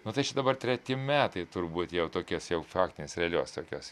nuo tai čia dabar treti metai turbūt jau tokias jau faktinės realios tokios